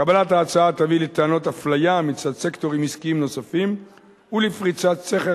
קבלת ההצעה תביא לטענות אפליה מצד סקטורים עסקיים נוספים ולפריצת סכר